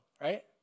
right